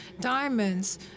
diamonds